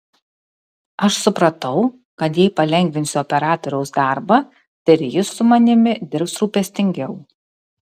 aš supratau kad jei palengvinsiu operatoriaus darbą tai ir jis su manimi dirbs rūpestingiau